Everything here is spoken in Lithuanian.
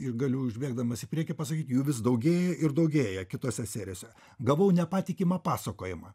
ir galiu užbėgdamas į priekį pasakyt jų vis daugėja ir daugėja kitose serijose gavau nepatikimą pasakojimą